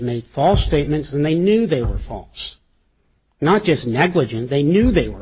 made false statements and they knew they were false not just negligent they knew they were